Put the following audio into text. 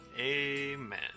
Amen